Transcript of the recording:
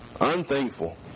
Unthankful